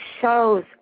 shows